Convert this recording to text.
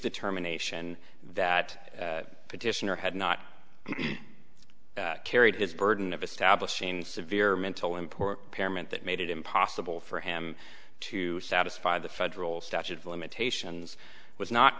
determination that petitioner had not carried his burden of establishing severe mental import parent that made it impossible for him to satisfy the federal statute of limitations was not